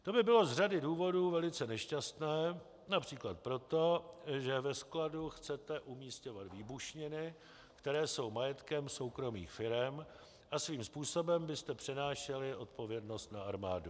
To by bylo z řady důvodů velice nešťastné, například proto, že ve skladu chce umisťovat výbušniny, které jsou majetkem soukromých firem, a svým způsobem byste přenášeli odpovědnost na armádu.